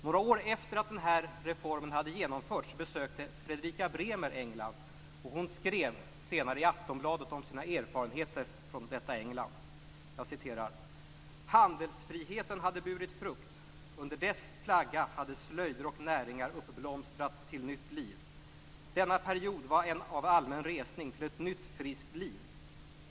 Några år efter det att denna reform hade genomförts besökte Fredrika Bremer England, och hon skrev senare i Aftonbladet om sina erfarenheter från detta "Handelsfriheten hade burit frukt, och under dess flagga hade slöjder och näringar uppblomstrat till nytt liv, - Denna period var en av allmän resning till ett nytt, friskt liv.